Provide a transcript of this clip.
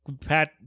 Pat